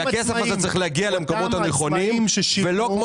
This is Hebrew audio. הכסף הזה צריך להגיע למקומות הנכונים ולא כמו